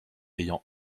ayant